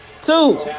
two